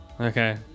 Okay